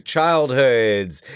Childhoods